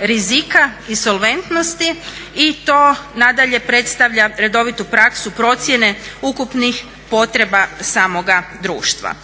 rizika i solventnosti i to nadalje predstavlja redovitu praksu procjene ukupnih potreba samoga društva.